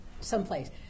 someplace